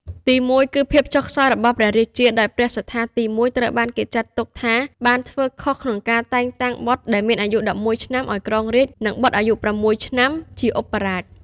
ទីមួយគឺ ភាពចុះខ្សោយរបស់ព្រះរាជា ដោយព្រះសត្ថាទី១ ត្រូវបានគេចាត់ទុកថាបានធ្វើខុសក្នុងការតែងតាំងបុត្រដែលមានអាយុ ១១ ឆ្នាំឱ្យគ្រងរាជ្យ និងបុត្រអាយុ ៦ ឆ្នាំជាមហាឧបរាជ។